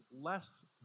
less